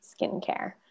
skincare